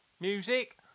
Music